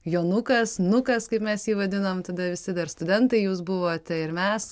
jonukas nukas kaip mes jį vadinom tada visi dar studentai jūs buvote ir mes